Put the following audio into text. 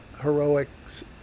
heroics